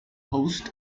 hosts